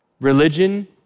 Religion